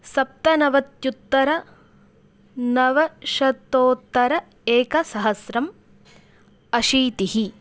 सप्तनवत्युत्तरनवशतोत्तर एकसहस्रम् अशीतिः